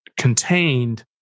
contained